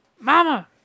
Mama